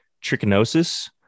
trichinosis